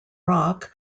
rock